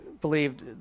believed